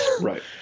Right